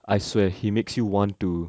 I swear he makes you want to